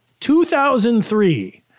2003